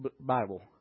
Bible